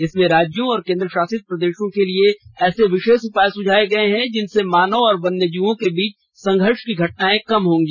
इसमें राज्यों और केंद्र शासित प्रदेशों के लिए ऐसे विशेष उपाय सुझाए गए हैं जिनसे मानव और वन्यजीवों के बीच संघर्ष की घटनाएं कम होंगी